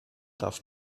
darf